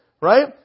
right